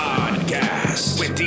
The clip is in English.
Podcast